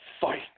fight